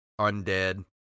undead